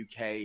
UK